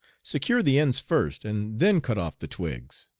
secure the ends first and then cut off the twigs.